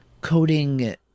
coding